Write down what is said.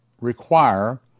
require